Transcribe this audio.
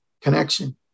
connection